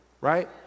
right